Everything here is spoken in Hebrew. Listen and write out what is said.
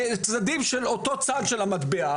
צדדים של אותו צד של המטבע,